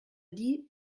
dit